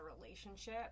relationship